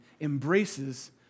embraces